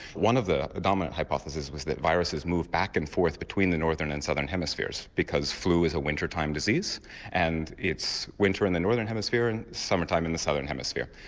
one of the dominant hypotheses was that viruses move back and forth between the northern and southern hemispheres because flu is a winter time disease and it's winter in the northern hemisphere and summer time in the southern hemisphere.